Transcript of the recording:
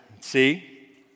See